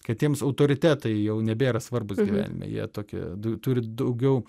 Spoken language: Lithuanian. kad jiems autoritetai jau nebėra svarbūs gyvenime jie tokie turi daugiau